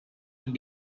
and